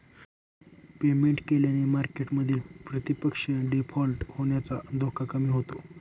payment केल्याने मार्केटमधील प्रतिपक्ष डिफॉल्ट होण्याचा धोका कमी होतो